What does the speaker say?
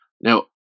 now